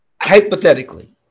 hypothetically